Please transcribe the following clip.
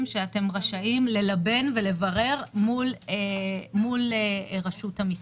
שאתם רשאים ללבן ולברר מול רשות המיסים.